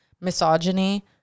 misogyny